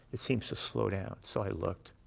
it seems to slow down. so, i looked.